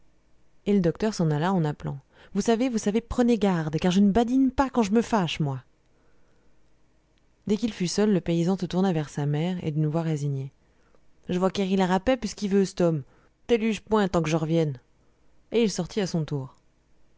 et le docteur s'en alla en appelant vous savez vous savez prenez garde car je ne badine pas quand je me fâche moi dès qu'il fut seul le paysan se tourna vers sa mère et d'une voix résignée j'vas quéri la rapet pisqu'il veut c't homme t'éluge point tant qu'je r'vienne et il sortit à son tour